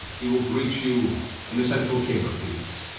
he will greet you in the central chamber, please.